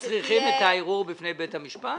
אתם צריכים את הערעור בפני בית המשפט?